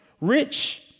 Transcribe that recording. Rich